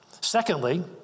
Secondly